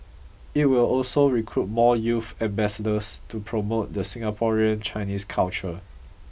it will also recruit more youth ambassadors to promote the Singaporean Chinese culture